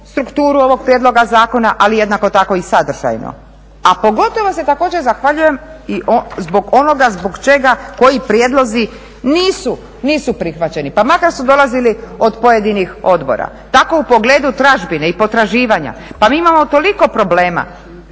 strukturu ovog prijedloga zakona, ali jednako tako i sadržajno, a pogotovo se također zahvaljujem i zbog onoga zbog čega koji prijedlozi nisu prihvaćeni, pa makar su dolazili od pojedinih odbora. Tako u pogledu tražbine i potraživanja, pa mi imao toliko problema,